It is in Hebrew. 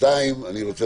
והקדשנו